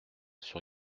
sur